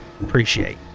Appreciate